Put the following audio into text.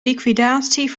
liquidatie